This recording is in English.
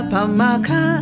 Pamaka